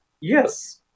Yes